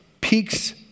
peaks